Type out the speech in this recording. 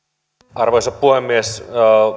arvoisa puhemies